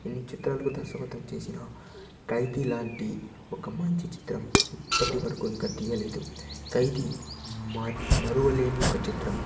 ఎన్ని చిత్రాలకు దర్శకత్వం చేసినా ఖైదీ లాంటి ఒక మంచి చిత్రం ఇప్పటివరకు ఇంకా తీయలేదు ఖైదీ మరువలేని ఒక చిత్రం